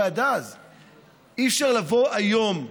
אי-אפשר לבוא היום,